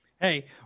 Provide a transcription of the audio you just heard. Hey